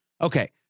okay